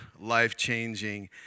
life-changing